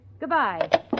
Goodbye